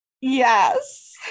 Yes